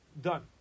Done